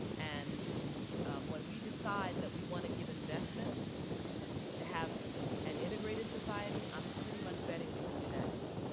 and when we decide that we want to give investments to have an integrated society, i'm pretty much betting we can do that too.